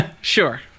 sure